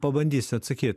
pabandysiu atsakyt